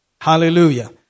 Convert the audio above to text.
Hallelujah